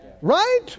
right